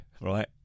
right